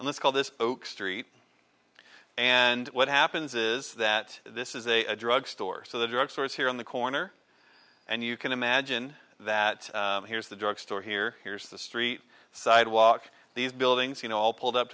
let's call this street and what happens is that this is a drug store so the drug stores here on the corner and you can imagine that here's the drug store here here's the street sidewalk these buildings you know all pulled up